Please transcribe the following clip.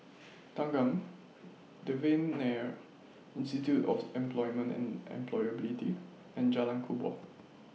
Thanggam Devan Nair Institute of Employment and Employability and Jalan Kubor